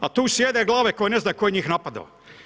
A tu sjede glave koje ne znaju tko je njih napadao.